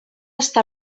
està